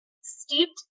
steeped